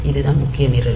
இதுதான் முக்கிய நிரல்